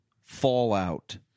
Fallout